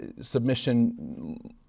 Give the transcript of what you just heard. Submission